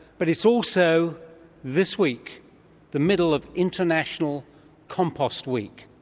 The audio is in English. but it's also this week the middle of international compost week,